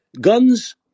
guns